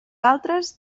altres